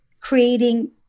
creating